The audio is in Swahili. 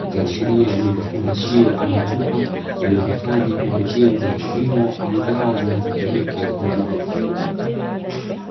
ikiashiria ni vifungashio ama chupa iliyohifadhi pembejeo za kilimo au dawa zinazotumika kwa ajili ya mifugo.